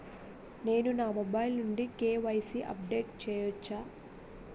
నేను నా మొబైల్ నుండి కే.వై.సీ ని అప్డేట్ చేయవచ్చా?